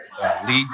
lead